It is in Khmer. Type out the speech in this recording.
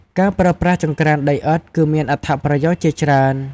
ការប្រើប្រាស់ចង្ក្រានដីឥដ្ឋគឺមានអត្ថប្រយោជន៍ជាច្រើន។